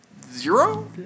Zero